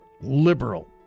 liberal